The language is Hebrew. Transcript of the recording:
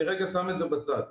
אני שם את זה בצד רגע.